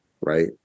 right